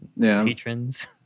patrons